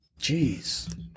Jeez